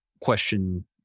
question